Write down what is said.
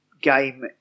game